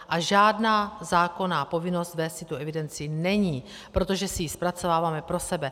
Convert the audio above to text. A žádná zákonná povinnost vést tuto evidenci není, protože si ji zpracováváme pro sebe.